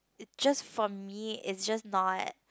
just for me is just not